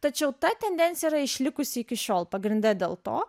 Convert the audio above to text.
tačiau ta tendencija yra išlikusi iki šiol pagrinde dėl to